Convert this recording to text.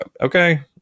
Okay